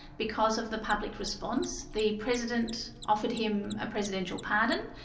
because of the public response, the president offered him a presidential pardon,